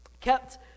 kept